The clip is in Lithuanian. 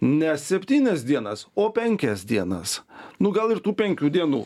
ne septynias dienas o penkias dienas nu gal ir tų penkių dienų